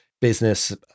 business